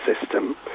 system